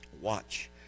watch